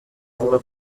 uvuga